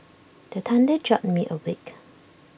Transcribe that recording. the thunder jolt me awake